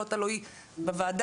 זה לא תלוי בוועדה,